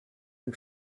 and